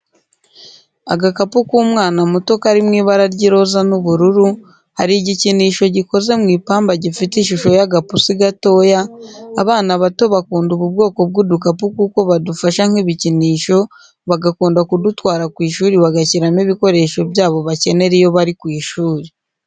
Agakapu k'umwana muto kari mu ibara ry'iroza n'ubururu, hari igikinisho gikoze mu ipamba gifite ishusho y'agapusi gatoya, abana bato bakunda ubu bwoko bw'udukapu kuko badufata nk'ibikinisho bagakunda kudutwara ku ishuri bagashyiramo ibikoresho byabo bakenera iyo bari ku ishuri.